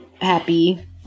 happy